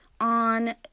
On